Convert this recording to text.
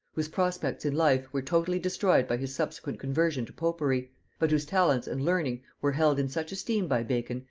whose prospects in life were totally destroyed by his subsequent conversion to popery but whose talents and learning were held in such esteem by bacon,